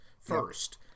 first